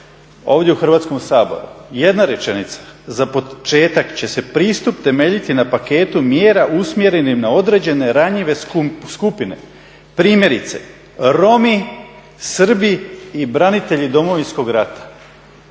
ovdje u Hrvatskom saboru. Jedna rečenica, za početak će se pristup temeljiti na paketu mjera usmjerenih na određene ranjive skupine primjerice Romi, Srbi i branitelji Domovinskog rata.